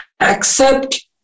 accept